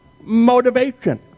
motivation